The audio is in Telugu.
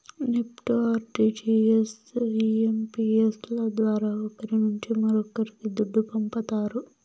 నెప్ట్, ఆర్టీజియస్, ఐయంపియస్ ల ద్వారా ఒకరి నుంచి మరొక్కరికి దుడ్డు పంపతారు